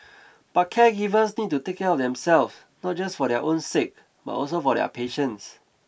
but caregivers need to take care of themself not just for their own sake but also for their patients